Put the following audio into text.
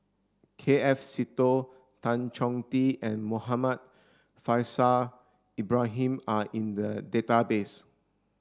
K F Seetoh Tan Chong Tee and Muhammad Faishal Ibrahim are in the database